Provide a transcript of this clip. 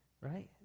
Right